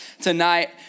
tonight